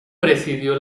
presidió